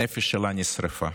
הנפש שלה, נשרפה.